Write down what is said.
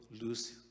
lose